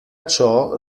ciò